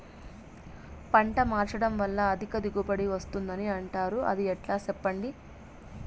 పంట మార్చడం వల్ల అధిక దిగుబడి వస్తుందని అంటారు అది ఎట్లా సెప్పండి